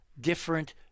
different